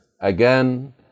again